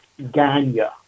Ganya